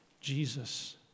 Jesus